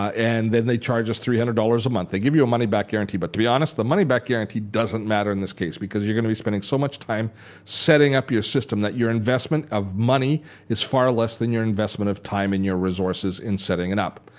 and then they charge us three hundred dollars a month. they give you a money-back guarantee but to be honest the money-back guarantee doesn't matter in this case because you're going to be spending so much time setting up your system that your investment of money is far less than your investment of time and your resources in setting it up.